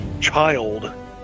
child